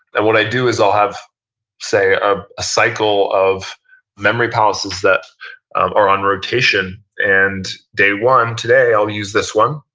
and what i do is i'll have a ah cycle of memory palaces that are on rotation and day one, today, i'll use this one,